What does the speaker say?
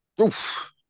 Oof